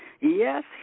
Yes